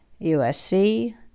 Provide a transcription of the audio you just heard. USC